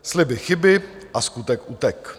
Sliby chyby a skutek utek.